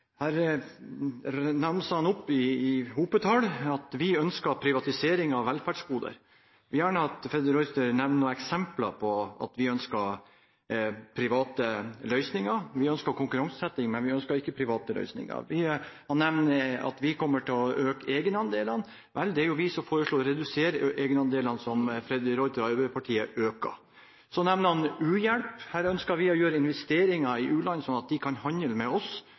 Her ramser han opp i hopetall at vi ønsker privatisering av velferdsgoder. Jeg vil gjerne at Freddy de Ruiter nevner noen eksempler på at vi ønsker private løsninger. Vi ønsker konkurranseutsetting, men vi ønsker ikke private løsninger. Han nevner at vi kommer til å øke egenandelene. Vel, det er jo vi som foreslår å redusere de egenandelene som Freddy de Ruiter og Arbeiderpartiet øker. Så nevner han u-hjelp. Her ønsker vi å gjøre investeringer i u-land så de kan handle med oss.